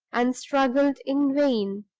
and struggled in vain.